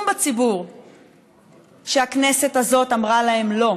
בציבור שהכנסת הזאת אמרה עליהם: לא,